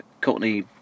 Courtney